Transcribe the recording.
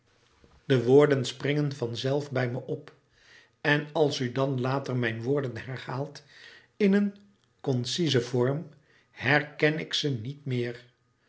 de woorden springen van zelf bij me op en als u dan later mijn woorden herhaalt in een conciezen vorm herken ik ze niet meer